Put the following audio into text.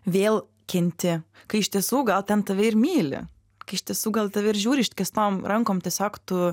vėl kenti kai iš tiesų gal ten tave ir myli kai iš tiesų gal tave ir žiūri išskėstom rankom tiesiog tu